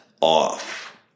off